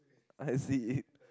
I see